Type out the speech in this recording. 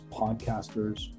podcasters